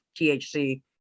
THC